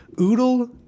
Oodle